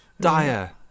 dire